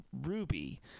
Ruby